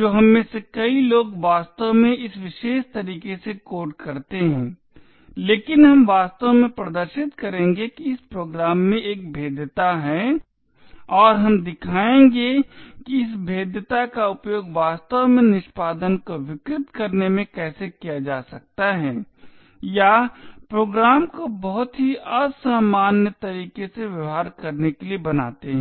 जो हम में से कई लोग वास्तव में इस विशेष तरीके से कोड करते हैं लेकिन हम वास्तव में प्रदर्शित करेंगे कि इस प्रोग्राम में एक भेद्यता है और हम दिखाएंगे कि इस भेद्यता का उपयोग वास्तव में निष्पादन को विकृत करने में कैसे किया जा सकता है या प्रोग्राम को बहुत ही असामान्य तरीके से व्यवहार करने के लिए बनाता है